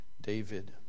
David